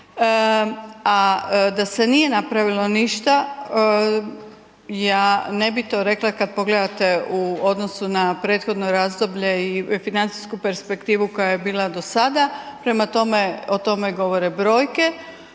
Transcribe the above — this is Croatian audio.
A da se nije napravilo ništa ja ne bih to rekla kada pogledate u odnosu na prethodno razdoblje i financijsku perspektivu koja je bila do sada. Prema tome o tome govore brojke.